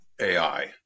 AI